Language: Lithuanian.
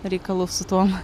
reikalų su tuom